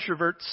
introverts